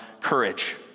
courage